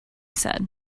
said